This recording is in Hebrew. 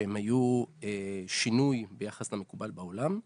שהם היו שינוי ביחס למקובל בעולם,